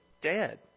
dead